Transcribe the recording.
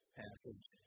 passage